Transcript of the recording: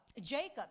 Jacob